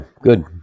good